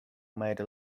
made